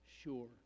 sure